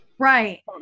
Right